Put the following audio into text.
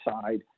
side